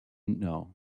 know